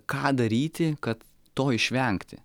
ką daryti kad to išvengti